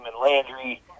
Landry